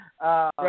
Right